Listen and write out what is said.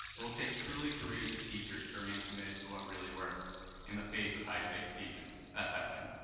it will take truly courageous teachers to remain committed to what really works in the face of high stakes teaching at testing.